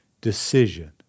decision